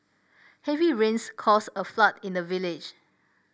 heavy rains caused a flood in the village